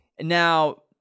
Now